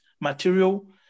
material